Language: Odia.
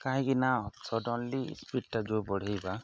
କାହିଁକିନା ସଡ଼ନ୍ଲି ସ୍ପିଡ଼୍ଟା ଯେଉଁ ବଢ଼େଇବା